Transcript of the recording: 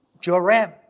Joram